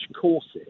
courses